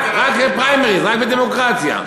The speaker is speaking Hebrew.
רק בפריימריז, רק בדמוקרטיה.